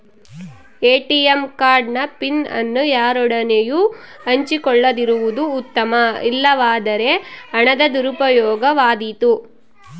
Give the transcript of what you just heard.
ATM card ನ PIN ಅನ್ನು ಯಾರೊಡನೆಯೂ ಹಂಚಿಕೊಳ್ಳದಿರುವುದು ಉತ್ತಮ, ಇಲ್ಲವಾದರೆ ಹಣದ ದುರುಪಯೋಗವಾದೀತು